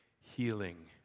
healing